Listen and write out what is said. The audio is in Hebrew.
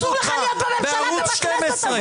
אסור לך להיות בממשלה ובכנסת הזאת.